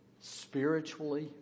spiritually